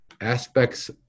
aspects